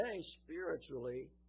spiritually